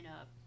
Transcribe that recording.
up